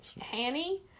Hanny